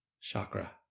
chakra